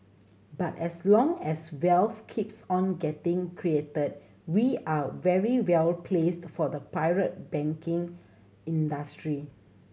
but as long as wealth keeps on getting created we are very well placed for the private banking industry